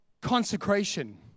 consecration